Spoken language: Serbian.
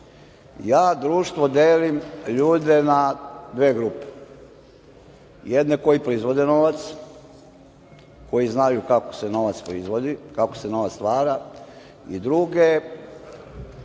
Ja društvo i ljude delim na dve grupe – jedne koji proizvode novac, koji znaju kako se novac proizvodi, kako se novac stvara i druge